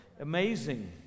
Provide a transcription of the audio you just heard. amazing